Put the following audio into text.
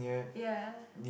ya